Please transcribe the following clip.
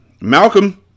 Malcolm